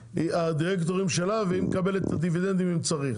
הדירקטורים שלה והיא מקבלת את הדיבידנדים אם צריך.